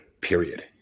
Period